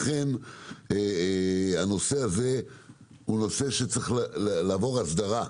לכן הנושא הזה צריך לעבור הסדרה,